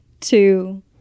two